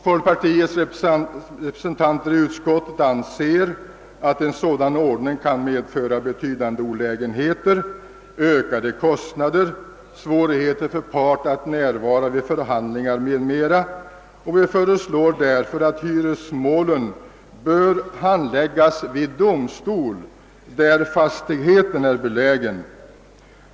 Folkpartiets representanter i utskottet anser att en sådan ordning kan medföra betydande olägenheter såsom ökade kostnader, svårigheter för part att närvara vid förhandlingar m.m. Vi föreslår därför att hyresmålen skall kunna handläggas vid domstol i den ort där fastigheten är belägen.